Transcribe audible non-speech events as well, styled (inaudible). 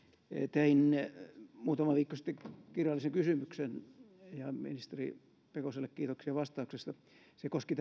tein muutama viikko sitten kirjallisen kysymyksen ministeri pekoselle kiitoksia vastauksesta se koski (unintelligible)